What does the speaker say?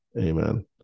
Amen